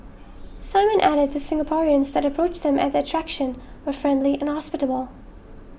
Simon added that Singaporeans that approached them at the attraction were friendly and hospitable